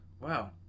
Wow